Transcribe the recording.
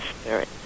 spirit